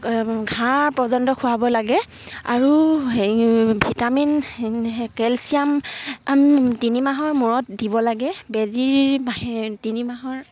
ঘাঁহ পৰ্যন্ত খোৱাব লাগে আৰু ভিটামিন কেলছিয়াম তিনিমাহৰ মূৰত দিব লাগে বেজী তিনিমাহৰ